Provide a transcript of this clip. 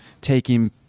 taking